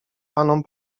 panom